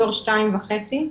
דור שתיים וחצי.